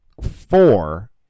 four